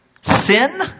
sin